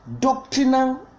doctrinal